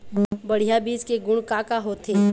बढ़िया बीज के गुण का का होथे?